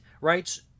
writes